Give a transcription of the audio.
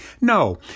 No